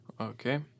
Okay